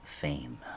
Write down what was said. Fame